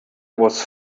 was